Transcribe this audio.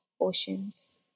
oceans